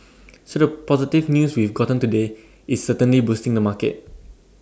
so the positive news we've gotten today is certainly boosting the market